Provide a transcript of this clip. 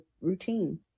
routine